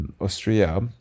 Austria